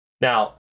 Now